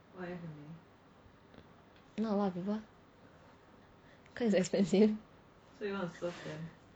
not a lot of people cause it's expensive